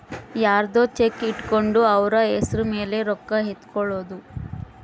ಯರ್ದೊ ಚೆಕ್ ಇಟ್ಕೊಂಡು ಅವ್ರ ಹೆಸ್ರ್ ಮೇಲೆ ರೊಕ್ಕ ಎತ್ಕೊಳೋದು